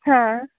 हां